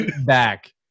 back